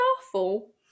Starfall